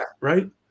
right